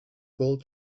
world